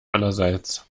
allerseits